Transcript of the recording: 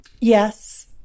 Yes